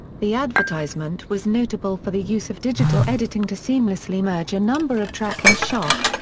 the advertisement was notable for the use of digital editing to seamlessly merge a number of tracking shots,